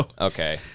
Okay